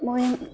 মই